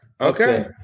Okay